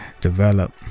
develop